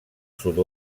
sud